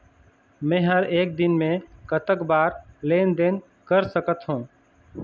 मे हर एक दिन मे कतक बार लेन देन कर सकत हों?